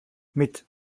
mit